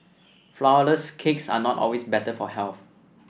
flourless cakes are not always better for health